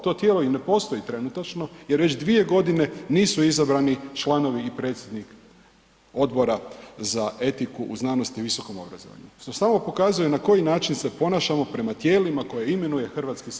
To tijelo i ne postoji trenutačno jer već 2 godine nisu izabrani članovi i predsjednik Odbora za etiku u znanosti i visokom obrazovanju što samo pokazuje na koji način se ponašamo prema tijelima koje imenuje Hrvatski sabor.